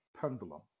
pendulum